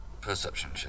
Perception